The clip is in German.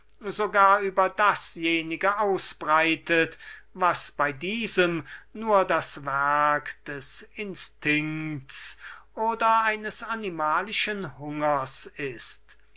sogar über dasjenige ausbreitet was bei diesem nur das werk des instinkts oder eines animalischen hungers ist